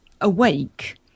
awake